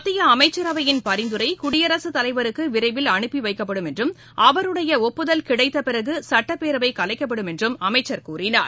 மத்தியஅமைச்சரவையின் பரிந்துரை குடியரசுத்தலைவருக்குவிரைவில் அனுப்பிவைக்கப்படும் என்றும் அவருடையஒப்புதல் கிடைத்தபிறகுசட்டப்பேரவைகலைக்கப்படும் என்றும் அவர் கூறினார்